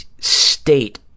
state